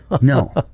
No